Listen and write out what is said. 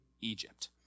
Egypt